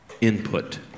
input